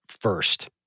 first